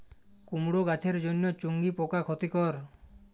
কুমড়ো গাছের জন্য চুঙ্গি পোকা ক্ষতিকর?